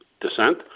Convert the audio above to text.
descent